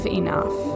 enough